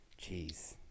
Jeez